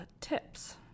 tips